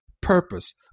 purpose